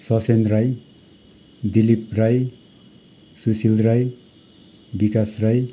Sassen Rai Dilip Rai Sushil Rai Vikas Rai